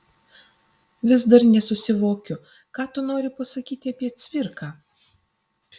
vis dar nesusivokiu ką tu nori pasakyti apie cvirką